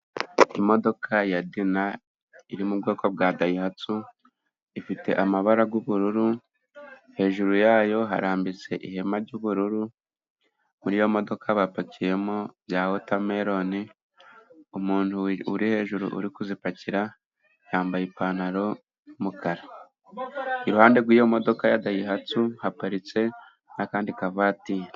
Imodoka ya Dina iri mu bwoko bwa dayihatsu ,ifite amabara y'ubururu, hejuru yayo harambitse ihema ry'ubururu ,kuri iyo modoka bapakiyemo bya wotameloni, umuntu uri hejuru uri kuzipakira yambaye ipantaro y'umukara ,iruhande rw'iyo modoka ya dayihatsu haparitse akandi akavatiri.